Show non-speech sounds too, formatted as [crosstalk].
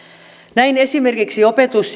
näin esimerkiksi opetus [unintelligible]